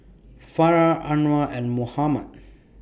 Farah Anuar and Muhammad